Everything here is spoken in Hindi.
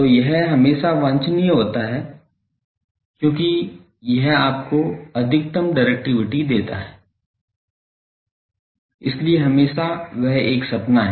तो यह हमेशा वांछनीय होता है क्योंकि यह आपको अधिकतम डाइरेक्टिविटी देता है इसलिए हमेशा वह एक सपना है